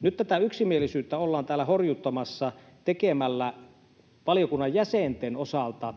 Nyt tätä yksimielisyyttä ollaan horjuttamassa tekemällä valiokunnan jäsenten osalta